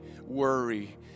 worry